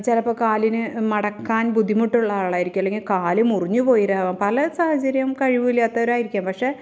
ചിലപ്പോൾ കാലിനു മടക്കാൻ ബുദ്ധിമുട്ടുള്ള ആളായിരിക്കും അല്ലെങ്കിൽ കാല് മുറിഞ്ഞു പോയവരാകാം പല സാഹചര്യവും കഴിവും ഇല്ലാത്തവരായിരിക്കാം പക്ഷെ